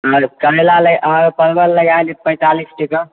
अहाँ कें परवल लगा देब पैंतालीस टके